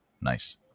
nice